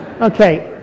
Okay